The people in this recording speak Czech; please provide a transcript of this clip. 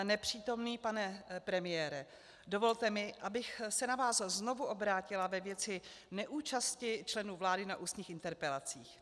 Nepřítomný pane premiére, dovolte mi, abych se na vás znovu obrátila ve věci neúčasti členů vlády na ústních interpelacích.